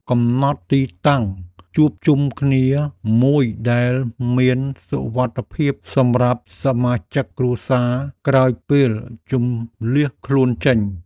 កំណត់ទីតាំងជួបជុំគ្នាមួយដែលមានសុវត្ថិភាពសម្រាប់សមាជិកគ្រួសារក្រោយពេលជម្លៀសខ្លួនចេញ។